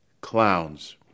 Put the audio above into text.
clowns